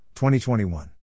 2021